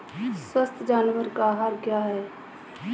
स्वस्थ जानवर का आहार क्या है?